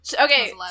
Okay